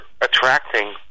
attracting